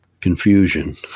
confusion